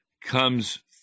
comes